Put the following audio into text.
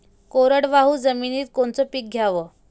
कोरडवाहू जमिनीत कोनचं पीक घ्याव?